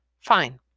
Fine